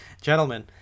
gentlemen